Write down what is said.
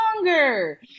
longer